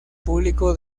público